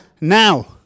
now